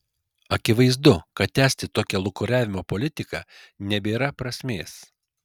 akivaizdu kad tęsti tokią lūkuriavimo politiką nebėra prasmės